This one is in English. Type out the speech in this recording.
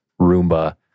Roomba